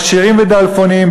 עשירים ודלפונים,